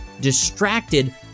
Distracted